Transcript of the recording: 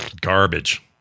garbage